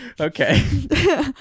okay